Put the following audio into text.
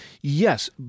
Yes